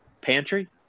pantry